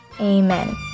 amen